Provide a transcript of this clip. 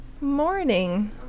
morning